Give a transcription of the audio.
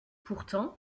pourtant